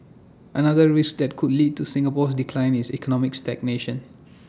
another risk that could lead to Singapore's decline is economic stagnation